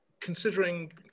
Considering